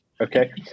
Okay